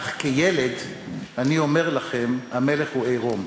אך כילד אני אומר לכם: המלך הוא עירום.